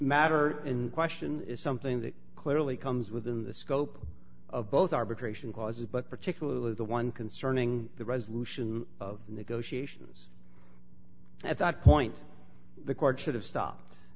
matter in question is something that clearly comes within the scope of both arbitration clauses but particularly the one concerning the resolution of the negotiations at that point the court should have stopped